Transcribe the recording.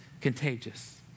contagious